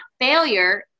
failure